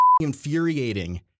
infuriating